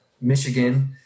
Michigan